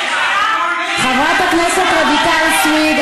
חברת הכנסת רויטל סויד,